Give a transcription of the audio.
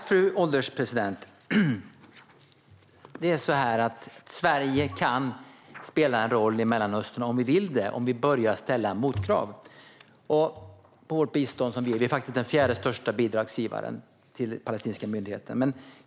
Fru ålderspresident! Sverige kan spela en roll i Mellanöstern om vi vill det och om vi börjar ställa motkrav när det gäller vårt bistånd. Vi är den fjärde största bidragsgivaren till den palestinska myndigheten.